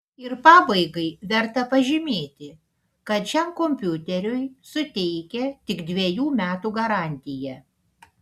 ir pabaigai verta pažymėti kad šiam kompiuteriui suteikia tik dvejų metų garantiją